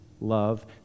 love